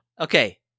Okay